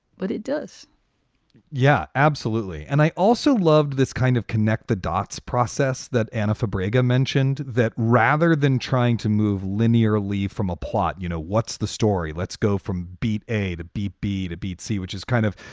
but it does yeah, absolutely. and i also loved this kind of connect the dots process that anna for brager mentioned that rather than trying to move linear leave from a plot. you know, what's the story? let's go from being a to b, b to btc, which is kind of,